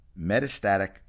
metastatic